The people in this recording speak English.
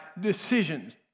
decisions